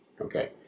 Okay